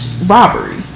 robbery